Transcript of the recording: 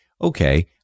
okay